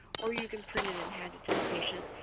or you can print it and hand it to the patient,